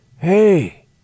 Hey